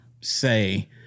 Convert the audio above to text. say